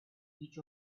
each